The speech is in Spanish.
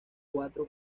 cuatro